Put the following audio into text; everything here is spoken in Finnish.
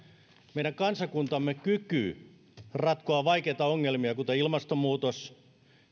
meidän kansakuntamme kyky ratkoa vaikeita ongelmia kuten ilmastonmuutos